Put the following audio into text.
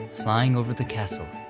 flying over the castle.